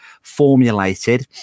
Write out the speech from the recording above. formulated